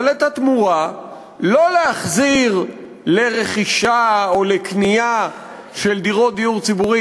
אבל את התמורה לא להחזיר לרכישה או לקנייה של דירות דיור ציבורי,